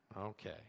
Okay